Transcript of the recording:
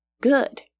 good